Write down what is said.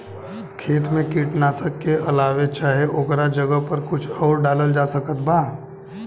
खेत मे कीटनाशक के अलावे चाहे ओकरा जगह पर कुछ आउर डालल जा सकत बा?